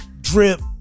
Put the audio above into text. drip